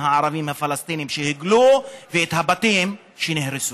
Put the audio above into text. הערבים הפלסטינים שהוגלו ואת הבתים שנהרסו.